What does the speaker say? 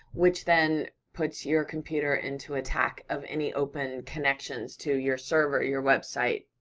which then puts your computer into attack of any open connections to your server, your website,